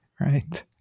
right